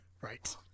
Right